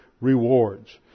rewards